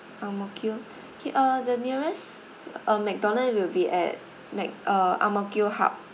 Ang Mo Kio uh the nearest uh McDonald's will be at like uh Ang Mo Kio hub